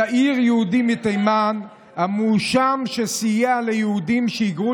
צעיר יהודי מתימן המואשם שסייע ליהודים שהיגרו